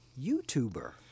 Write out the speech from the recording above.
YouTuber